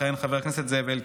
יכהן חבר הכנסת זאב אלקין,